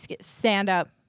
stand-up